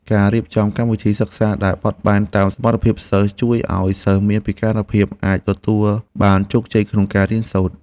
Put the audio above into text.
ការរៀបចំកម្មវិធីសិក្សាដែលបត់បែនតាមសមត្ថភាពសិស្សជួយឱ្យសិស្សមានពិការភាពអាចទទួលបានជោគជ័យក្នុងការរៀនសូត្រ។